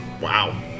Wow